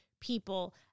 people